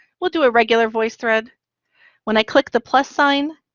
we'll do a regular voicethread. when i click the plus sign,